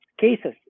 cases